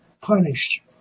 punished